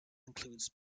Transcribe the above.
includes